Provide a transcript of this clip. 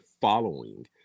following